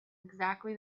exactly